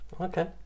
Okay